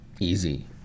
Easy